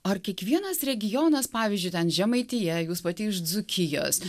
ar kiekvienas regionas pavyzdžiui ten žemaitija jūs pati iš dzūkijos